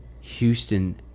Houston